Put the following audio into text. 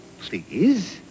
please